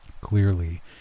Clearly